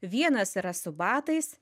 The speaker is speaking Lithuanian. vienas yra su batais